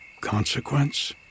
consequence